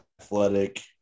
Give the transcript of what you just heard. athletic